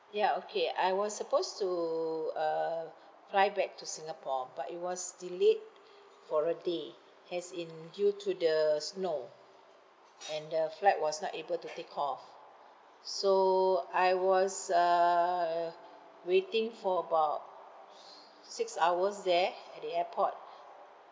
ya okay I was supposed to uh fly back to singapore but it was delayed for a day as in due to the snow and the flight was not able to take off so I was uh waiting for about s~ six hours there at the airport